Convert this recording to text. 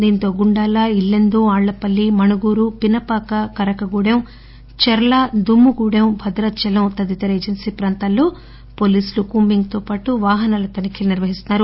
దీంతో గుండాల ఇల్లెందు ఆళ్లపల్లి మణుగూరు పినపాక కరకగూడెం చర్ల దుమ్ముగూడెం భద్రాచలం తదితరఏజెన్సీ ప్రాంతాల్లో ఏోలీసులు కూంబింగ్ తోపాటు వాహనాల తనిఖీలు నిర్వహిస్తున్నారు